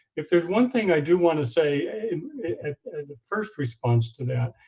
if there's one thing i do want to say, a first response to that,